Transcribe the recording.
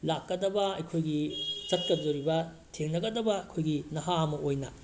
ꯂꯥꯛꯀꯗꯕ ꯑꯩꯈꯣꯏꯒꯤ ꯆꯠꯀꯗꯣꯔꯤꯕ ꯊꯦꯡꯅꯒꯗꯕ ꯑꯩꯈꯣꯏꯒꯤ ꯅꯍꯥ ꯑꯃ ꯑꯣꯏꯅ